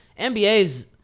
NBA's